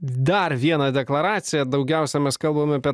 dar vieną deklaraciją daugiausiai mes kalbame apie